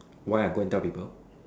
why I go and tell people